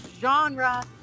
genre